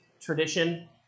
tradition